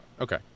okay